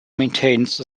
maintains